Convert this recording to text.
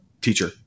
teacher